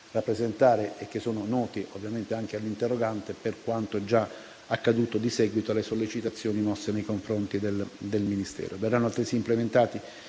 rappresentare e che sono già noti all'interrogante, per quanto già accaduto in seguito alle sollecitazioni mosse nei confronti del Ministero. Verranno altresì implementati